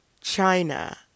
China